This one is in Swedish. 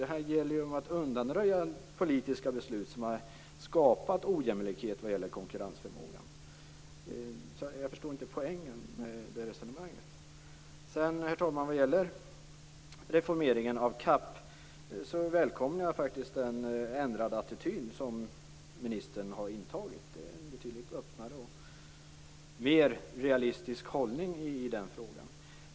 Här gäller det att undanröja politiska beslut som har skapat en ojämlik konkurrensförmåga. Jag förstår alltså inte poängen i resonemanget. Herr talman! Vad gäller reformeringen av CAP välkomnar jag den ändrade attityd som ministern har intagit. Det är nu en betydligt öppnare och mera realistisk hållning i frågan.